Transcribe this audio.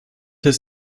his